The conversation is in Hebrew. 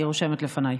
אני רושמת לפניי.